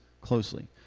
closely